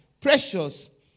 precious